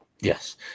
Yes